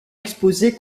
exposées